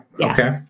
Okay